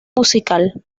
musical